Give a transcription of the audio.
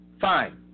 fine